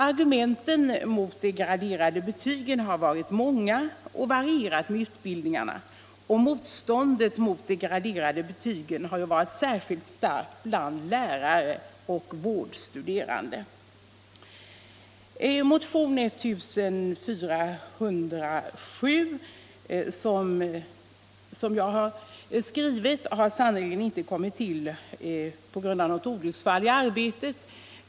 Argumenten mot de graderade betygen har varit många och varierat med utbildningarna, och motståndet mot de graderade betygen har varit särskilt starkt bland lärare och vårdstuderande. Motionen 1975/76:1407, som jag har skrivit, har sannerligen inte kommit till på grund av något olycksfall i arbetet.